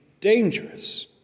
dangerous